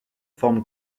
forme